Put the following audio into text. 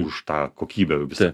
už tą kokybę visą